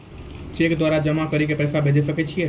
Cheque द्वारा जमा करि के पैसा भेजै सकय छियै?